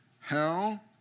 hell